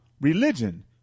religion